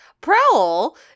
prowl